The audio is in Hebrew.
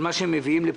של מה שהם מביאים לפה,